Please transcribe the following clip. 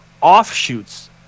offshoots